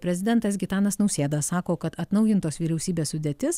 prezidentas gitanas nausėda sako kad atnaujintos vyriausybės sudėtis